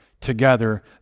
Together